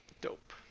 Dope